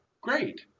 Great